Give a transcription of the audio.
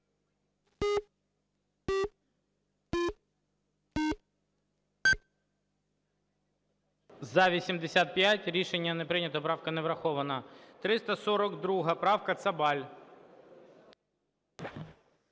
За-85 Рішення не прийнято. Правка не врахована. 342 правка, Цабаль.